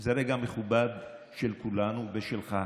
זה רגע מכובד של כולנו ושלך,